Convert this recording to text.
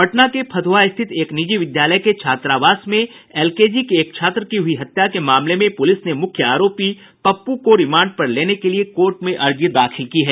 पटना के फतुहा स्थित एक निजी विद्यालय के छात्रावास में एलकेजी के एक छात्र की हुयी हत्या के मामले में पुलिस ने मुख्य आरोपी पप्पू को रिमांड पर लेने के लिये कोर्ट में अर्जी दाखिल की है